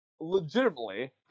legitimately